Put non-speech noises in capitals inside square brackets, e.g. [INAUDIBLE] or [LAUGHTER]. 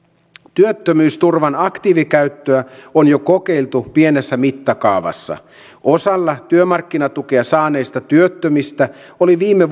työttömyysturvan aktiivikäyttöä on jo kokeiltu pienessä mittakaavassa osalla työmarkkinatukea saaneista työttömistä oli viime [UNINTELLIGIBLE]